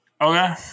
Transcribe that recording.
okay